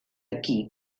equí